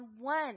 one